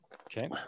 okay